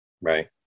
Right